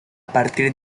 partir